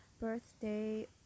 birthday